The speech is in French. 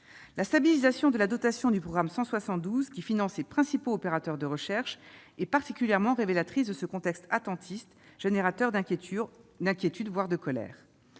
La stabilisation de la dotation du programme 172, qui finance les principaux opérateurs de recherche, est particulièrement révélatrice de ce contexte attentiste, générateur d'inquiétudes, voire de colère.